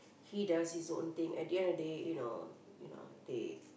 he does his own thing at the end of the day you know you know they